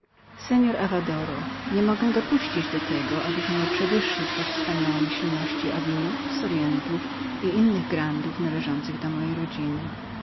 seor avadoro nie ścierpię abyś miał zwyciężyć w wspaniałości davilów sorientów i wszystkich grandów należących do mojej rodziny